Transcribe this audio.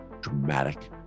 dramatic